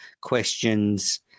questions